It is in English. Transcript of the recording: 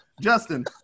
Justin